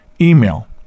email